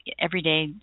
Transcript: everyday